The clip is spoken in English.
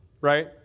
right